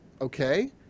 okay